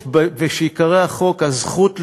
ושייקרא החוק "הזכות לשרת",